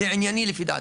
זה ענייני לפי דעתי.